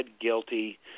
guilty